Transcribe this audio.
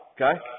okay